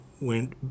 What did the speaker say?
went